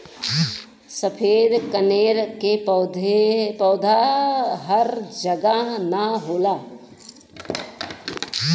सफ़ेद कनेर के पौधा हर जगह ना होला